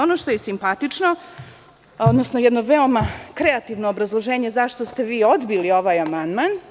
Ono što je simpatično, odnosno jedno veoma kreativno obrazloženje zašto ste vi odbili ovaj amandman –